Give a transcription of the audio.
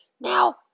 Now